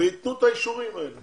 ויתנו את האישורים האלה?